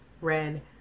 red